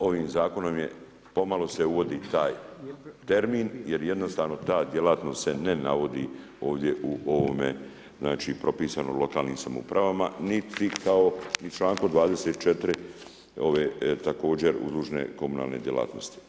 Ovim zakonom je pomalo se uvodi taj termin jer jednostavno ta djelatnost se ne navodi ovdje u ovome znači propisano lokalnim samoupravama, niti kao i člankom 24. ove također … komunalne djelatnosti.